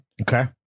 okay